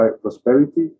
prosperity